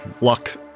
luck